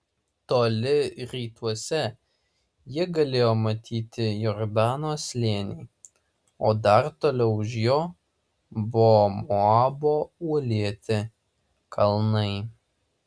toli rytuose jie galėjo matyti jordano slėnį o dar toliau už jo buvo moabo uolėti kalnai